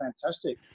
fantastic